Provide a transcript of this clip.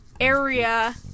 area